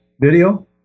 video